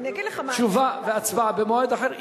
תשובה והצבעה במועד אחר,